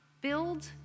build